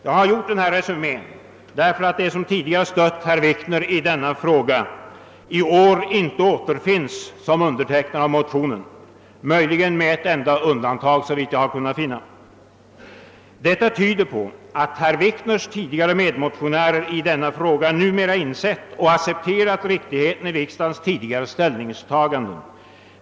Jag har gjort denna resumé därför att de som tidigare stött herr Wikner i denna fråga i år inte återfinns som undertecknare av motionen, möjligen med ett enda undantag, såvitt jag har kunnat finna. Detta tyder på att herr Wikners tidigare medmotionärer i denna fråga numera insett och accepterat riktigheten i riksdagens tidigare ställningstaganden.